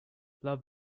love